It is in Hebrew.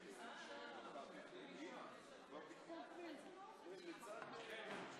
על-ידי פיתוחן של צנטריפוגות חדשות,